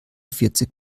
vierzig